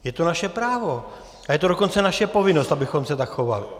Je to naše právo a je to dokonce naše povinnost, abychom se tak chovali.